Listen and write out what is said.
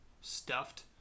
stuffed